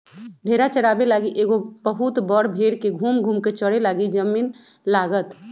भेड़ा चाराबे लागी एगो बहुत बड़ भेड़ के घुम घुम् कें चरे लागी जमिन्न लागत